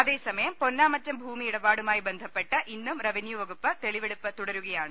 അതേസമയം പൊന്നാമറ്റം ഭൂമിയിടപാടുമായി ബന്ധപ്പെട്ട് ഇന്നും റവന്യൂവകുപ്പ് തെളിവെടുപ്പ് തുടരുകയാണ്